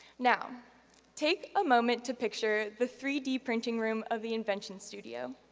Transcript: now take a moment to picture the three d printing room of the invention studio.